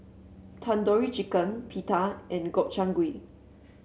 Tandoori Chicken Pita and Gobchang Gui